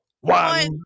one